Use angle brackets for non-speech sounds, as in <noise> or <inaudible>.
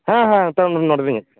ᱦᱮᱸ ᱦᱮᱸ <unintelligible> ᱦᱮᱡᱽ ᱠᱟᱱᱟ